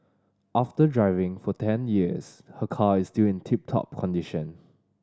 after driving for ten years her car is still in tip top condition